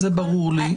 זה ברור לי.